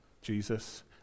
Jesus